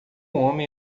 homem